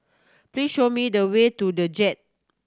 please show me the way to The Jade